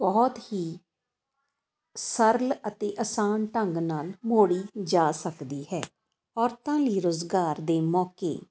ਬਹੁਤ ਹੀ ਸਰਲ ਅਤੇ ਆਸਾਨ ਢੰਗ ਨਾਲ ਮੋੜੀ ਜਾ ਸਕਦੀ ਹੈ ਔਰਤਾਂ ਲਈ ਰੁਜ਼ਗਾਰ ਦੇ ਮੌਕੇ